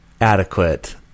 adequate